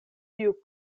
tiu